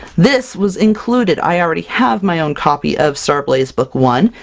this was included! i already have my own copy of starblaze book one,